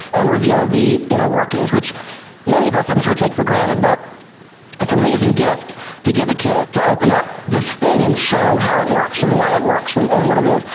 and reveal the inner workings, which many of us, i'm sure, take for granted. but it's an amazing gift to give a kid, to open up this thing and show how it works and why it works and and what it is.